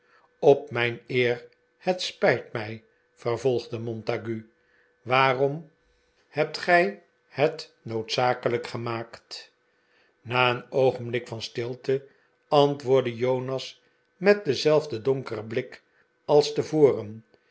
op mijn eer het spijt mij vervolgde montague waarom hebt gij het noodzakelijk gemaakt na een oogenblik van stilte antwoordde jonas met denzelfden donkeren blik als tevoren